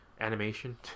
animation